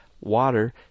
water